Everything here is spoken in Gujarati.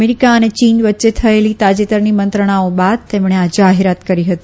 અમેરીકા અને ચીન વચ્ચે થયેલી તાજેતરની મંત્રણાઓ બાદ તેમણે આ જાહેરાત કરી હતી